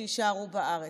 שיישארו בארץ,